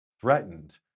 threatened